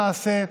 למעשה,